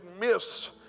miss